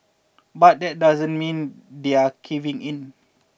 but that doesn't mean they're caving in